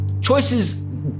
Choices